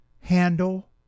handle